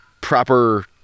proper